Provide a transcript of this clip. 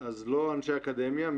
לא אנשי אקדמיה.